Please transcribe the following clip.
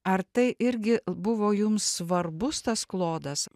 ar tai irgi buvo jums svarbus tas klodas